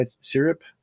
syrup